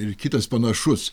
ir kitas panašus